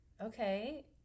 okay